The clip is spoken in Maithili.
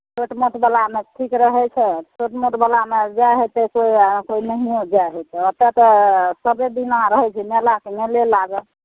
छोटमोटवलामे ठीक रहै छै छोटमोटवलामे जाए हेतै कोइ कोइ नहिओ जाए हेतै ओतए तऽ सबेदिना रहै छै मेलाके मेले लागल